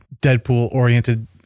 Deadpool-oriented